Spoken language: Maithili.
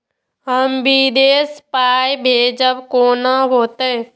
हम विदेश पाय भेजब कैना होते?